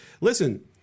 listen